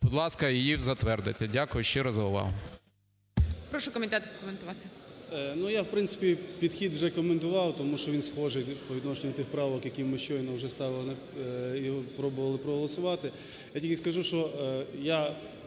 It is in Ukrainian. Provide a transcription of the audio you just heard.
будь ласка, її затвердити. Дякую ще раз за увагу.